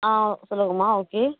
ஆ சொல்லுங்கள்ம்மா ஓகே